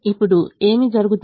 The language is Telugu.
ఇప్పుడు ఏమి జరుగుతుంది